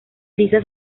lisa